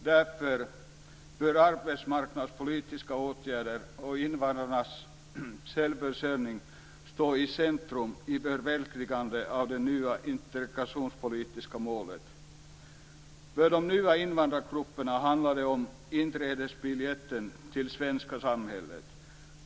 Därför bör arbetsmarknadspolitiska åtgärder och invandrarnas självförsörjning stå i centrum vid förverkligandet av de nya integrationspolitiska målen. För de nya invandrargrupperna handlar det om inträdesbiljetten till det svenska samhället.